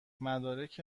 مدارک